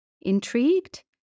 Intrigued